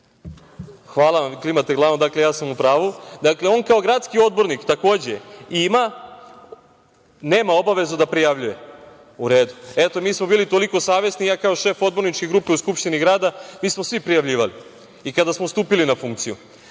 odbornik. Klimate glavom, znači, ja sam u pravu, dakle, on kao gradski odbornik takođe ima… Nema obavezu da prijavljuje? U redu, eto mi smo bili toliko savesni i ja kao šef odborničke grupe u Skupštini grada, mi smo svi prijavljivali i kada smo stupili na funkciju.